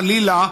חלילה,